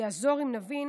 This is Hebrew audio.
יעזור אם נבין